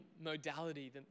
modality